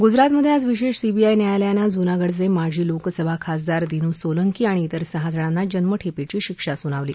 गुजरातमधे आज विशेष सीबीआय न्यायालयानं जुनागढचे माजी लोकसभा खासदार दिनू सोलंकी आणि इतर सहा जणांना जन्मठेपेची शिक्षा सुनावली